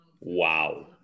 Wow